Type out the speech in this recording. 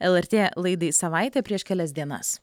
lrt laidai savaitė prieš kelias dienas